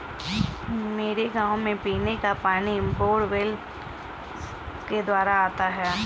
मेरे गांव में पीने का पानी बोरवेल के द्वारा आता है